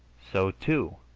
so, too,